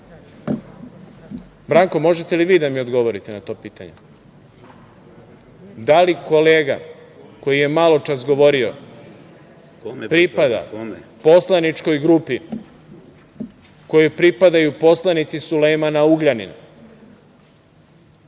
Branko, možete li vi da mi odgovorite na to pitanje? Da li kolega koji je maločas govorio pripada poslaničkoj grupi kojoj pripadaju poslanici Sulejmana Ugljanina?